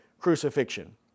crucifixion